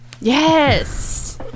Yes